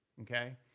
okay